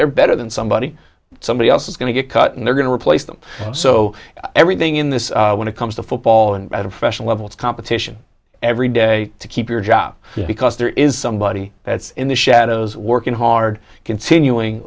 they're better than somebody somebody else is going to get cut and they're going to replace them so everything in this when it comes to football and a professional level it's competition every day to keep your job because there is somebody that's in the shadows working hard continuing